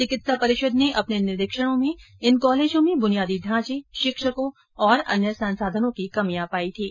चिकित्सा परिषद ने अपने निरीक्षणों में इन कॉलेजों में बुनियादी ढांचे शिक्षकों और अन्य संसाधनों की कमियां पायी थीं